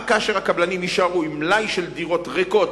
רק כאשר הקבלנים יישארו עם מלאי של דירות ריקות,